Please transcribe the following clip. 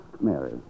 Mary